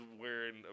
wearing